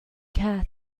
cat